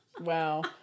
Wow